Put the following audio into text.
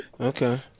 Okay